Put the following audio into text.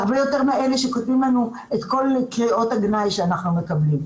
הרבה יותר מאלה שכותבים לנו את כל קריאות הגנאי שאנחנו מקבלים.